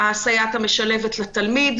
הסייעת המשלבת לתלמיד,